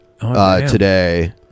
today